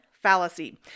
fallacy